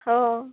हो